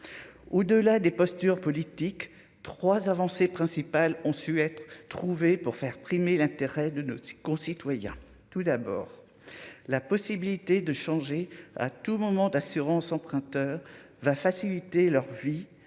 au-delà des postures politiques trois avancée principale ont su être trouvé pour faire primer l'intérêt de de ses concitoyens, tout d'abord la possibilité de changer à tout moment d'assurance emprunteur va faciliter leur vie,